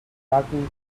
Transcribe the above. talking